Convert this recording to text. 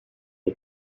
the